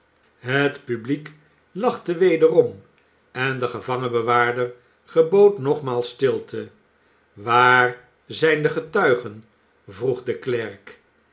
het publiek lachte wederom en de gevangenbewaarder gebood nogmaals stilte waar zijn de getuigen vroeg de klerk